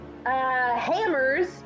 Hammers